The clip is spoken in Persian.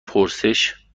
پرسش